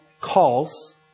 calls